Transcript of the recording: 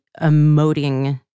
emoting